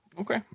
Okay